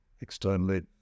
externally